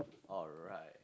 alright